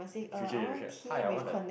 future generation hi I want the